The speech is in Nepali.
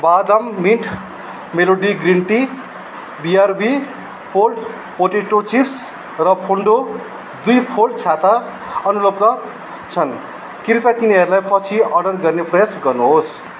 वादाम mint melody green tea BRB popped potato chips र फेन्डो दुई फोल्ड छाता अनुपलब्ध छन् कृपया तिनीहरूलाई पछि अर्डर गर्ने प्रयास गर्नुहोस्